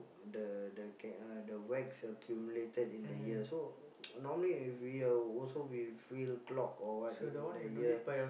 the the c~ uh the wax accumulated in the ear so normally if we are also we feel clogged or what in the ear